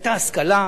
היתה השכלה,